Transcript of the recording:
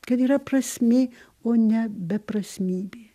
kad yra prasmė o ne beprasmybė